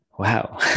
Wow